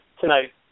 Tonight